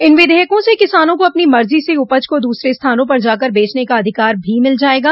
इन विधेयकों से किसानों को अपनी मर्जी से उपज को दूसरे स्थानों पर जाकर बेचने का अधिकार भी मिल जायेगा